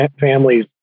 families